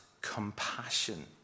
compassion